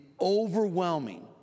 overwhelming